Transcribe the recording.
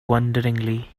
wonderingly